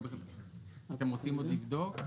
אתם רוצים עוד לבדוק?